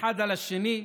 אחד על השני,